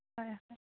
হয় হয়